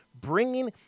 bringing